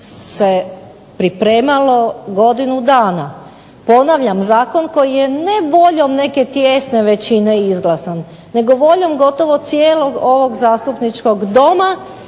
se pripremalo godinu dana, ponavljam zakon koji je ne voljom neke tijesne većine izglasan nego voljom gotovo cijelog ovog zastupničkog doma